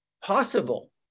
possible